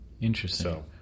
Interesting